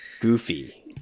goofy